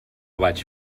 vaig